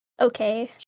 okay